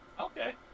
Okay